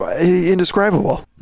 indescribable